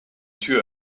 tür